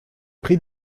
pris